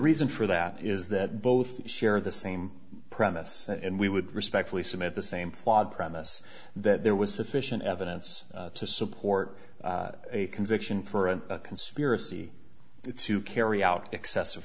reason for that is that both share the same premise and we would respectfully submit the same flawed premise that there was sufficient evidence to support a conviction for a conspiracy to carry out excessive